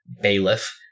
Bailiff